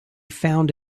found